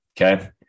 Okay